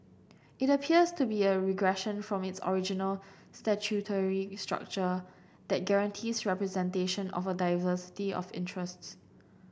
it appears to be a regression from its original statutory structure that guarantees representation of a diversity of interests